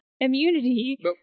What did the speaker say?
immunity